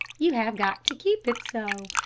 you have got to keep it so.